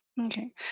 Okay